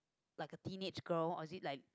like a teenage girl or is it like